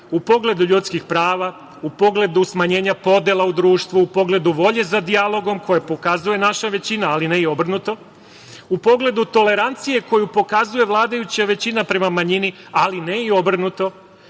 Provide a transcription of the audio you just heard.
u pogledu ljudskih prava, u pogledu smanjenja podela u društvu, u pogledu volje za dijalogom koje pokazuje naša većina, ali ne i obrnuto, u pogledu tolerancije koju pokazuje vladajuća većina prema manjini, ali ne i obrnuto